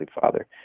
father